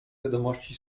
wiadomości